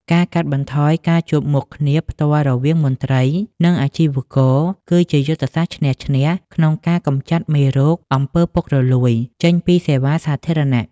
ការកាត់បន្ថយការជួបមុខគ្នាផ្ទាល់រវាងមន្ត្រី និងអាជីវករ គឺជាយុទ្ធសាស្ត្រឈ្នះ-ឈ្នះ ក្នុងការកម្ចាត់មេរោគ អំពើពុករលួយ ចេញពីសេវាសាធារណៈ។